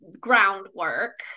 groundwork